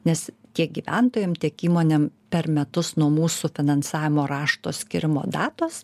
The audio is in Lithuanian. nes tiek gyventojam tiek įmonėm per metus nuo mūsų finansavimo rašto skyrimo datos